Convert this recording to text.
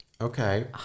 okay